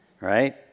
right